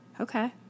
Okay